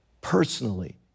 personally